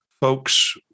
folks